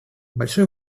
большое